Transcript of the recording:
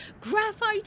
graphite